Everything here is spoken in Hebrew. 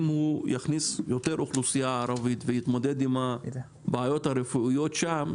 אם הוא יכניס יותר אוכלוסייה ערבית ויתמודד עם הבעיות הרפואיות שם,